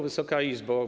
Wysoka Izbo!